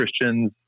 Christians